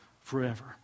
forever